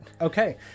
Okay